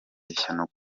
ishyano